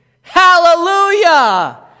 Hallelujah